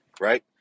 right